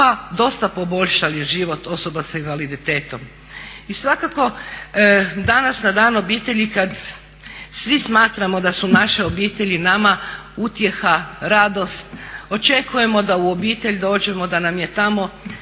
pa dosta poboljšali život osoba sa invaliditetom. I svakako danas na Dan obitelji kad svi smatramo da su naše obitelji nama utjeha, radost, očekujemo da u obitelj dođemo, da nam je tamo